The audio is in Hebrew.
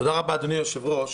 תודה רבה, אדוני היושב-ראש.